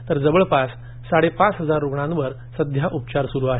तर जवळपास साडेपाच हजार रुग्णांवर उपचार सुरू आहेत